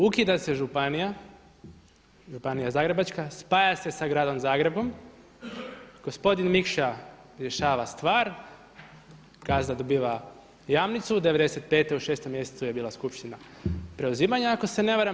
Ukida se županija, županija zagrebačka, spaja se sa Gradom Zagrebom, gospodin MIkša rješava stvar, gazda dobiva Jamnicu '95. u 6. mjesecu je bila skupština preuzimanja ako se ne varam.